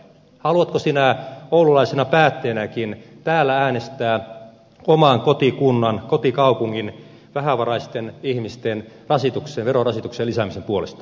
haluatko sinä oululaisena päättäjänäkin täällä äänestää oman kotikunnan kotikaupungin vähävaraisten ihmisten verorasituksen lisäämisen puolesta